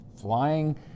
flying